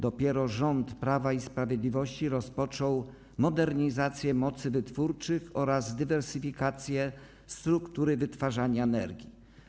Dopiero rząd Prawa i Sprawiedliwości rozpoczął modernizację mocy wytwórczych oraz dywersyfikację struktury wytwarzania energii.